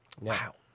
Wow